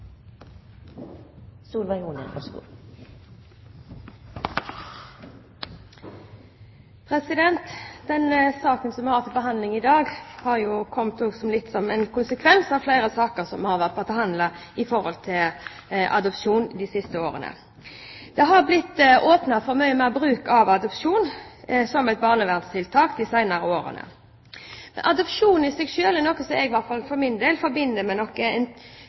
Den saken som vi har til behandling i dag, har jo kommet opp litt som en konsekvens av flere saker om adopsjon som har vært behandlet de siste årene. Det har blitt åpnet for mye mer bruk av adopsjon som et barnevernstiltak i de senere årene. Adopsjon i seg selv er noe som i hvert fall jeg for min del forbinder med